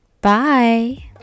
Bye